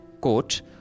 quote